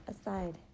aside